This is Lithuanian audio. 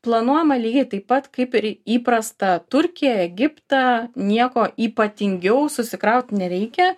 planuojama lygiai taip pat kaip ir įprasta turkijoj egiptą nieko ypatingiau susikraut nereikia